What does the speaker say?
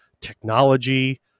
technology